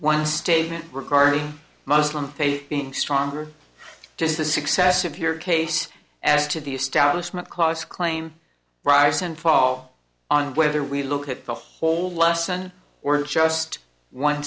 one statement regarding muslim faith being stronger does the success of your case as to the establishment clause claim rise and fall on whether we look at the whole lesson or just one